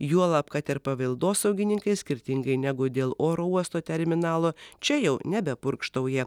juolab kad ir paveldosaugininkai skirtingai negu dėl oro uosto terminalo čia jau nebepurkštauja